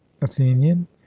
athenian